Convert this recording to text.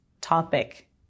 topic